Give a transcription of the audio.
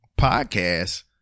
podcast